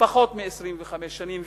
לפני פחות מ-25 שנים,